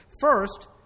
First